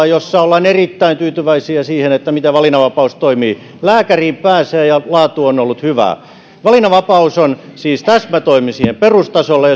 jossa ollaan erittäin tyytyväisiä siihen miten valinnanvapaus toimii lääkäriin pääsee ja laatu on ollut hyvää valinnanvapaus on siis täsmätoimi perustasolle